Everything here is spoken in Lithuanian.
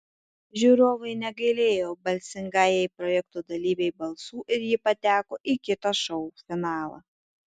žiūrovai negailėjo balsingajai projekto dalyvei balsų ir ji pateko į kitą šou finalą